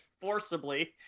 forcibly